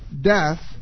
death